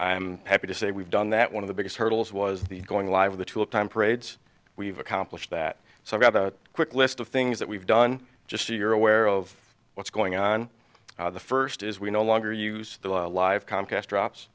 i'm happy to say we've done that one of the biggest hurdles was the going live of the two of time parades we've accomplished that so i've got a quick list of things that we've done just so you're aware of what's going on the first is we no longer use the live comcast drops